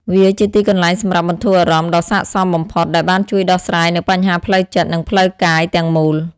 វាជាទីកន្លែងសម្រាប់បន្ធូរអារម្មណ៍ដ៏ស័ក្តិសមបំផុត ដែលបានជួយដោះស្រាយនូវបញ្ហាផ្លូវចិត្ត និងផ្លូវកាយទាំងមូល។